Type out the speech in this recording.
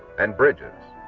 and bridges.